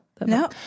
No